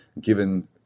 given